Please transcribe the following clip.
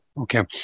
Okay